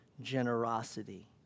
generosity